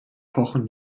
pochen